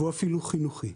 והוא אפילו חינוכי.